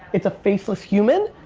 it's a faceless human.